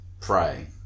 pray